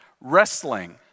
wrestling